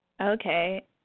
Okay